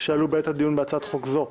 שעלו בעת הדיון בהצעת חוק זו.